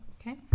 Okay